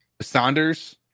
Saunders